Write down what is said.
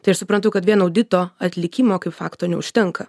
tai aš suprantu kad vien audito atlikimo kaip fakto neužtenka